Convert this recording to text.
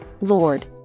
Lord